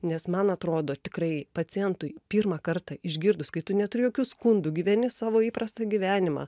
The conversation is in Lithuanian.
nes man atrodo tikrai pacientui pirmą kartą išgirdus kai tu neturi jokių skundų gyveni savo įprastą gyvenimą